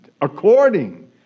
according